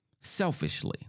selfishly